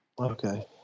Okay